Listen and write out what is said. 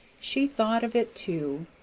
she thought of it too,